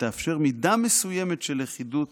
שתאפשר מידה מסוימת של לכידות